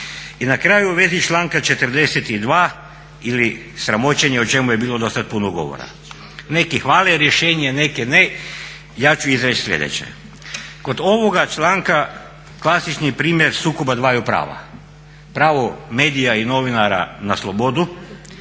I na kraju u vezi članka 42. ili sramoćenje o čemu je do sad bilo puno govora. Neki hvale rješenje, neki ne. Ja ću izreći sljedeće. Kod ovoga članka klasični primjer sukoba dvaju prava, pravo medija i novinara na slobodu